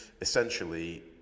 Essentially